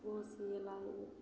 ओहो सीयै लए आबय